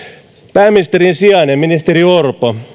pääministerin sijainen ministeri orpo